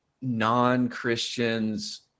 non-Christians